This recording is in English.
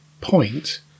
point